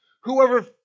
Whoever